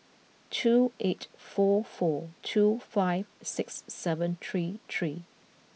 two eight four four two five six seven three three